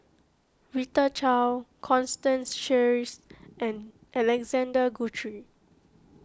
Rita Chao Constance Sheares and Alexander Guthrie